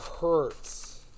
hurts